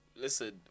listen